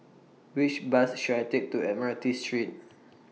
Which Bus should I Take to Admiralty Street